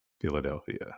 philadelphia